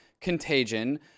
Contagion